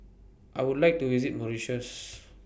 I Would like to visit Mauritius